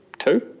Two